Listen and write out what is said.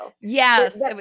Yes